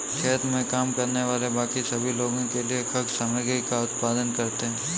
खेत में काम करने वाले बाकी सभी लोगों के लिए खाद्य सामग्री का उत्पादन करते हैं